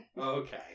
Okay